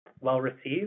well-received